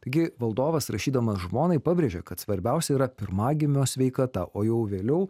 gi valdovas rašydamas žmonai pabrėžė kad svarbiausia yra pirmagimio sveikata o jau vėliau